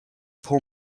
pull